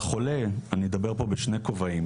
אני מדבר פה בשני כובעים.